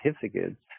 certificates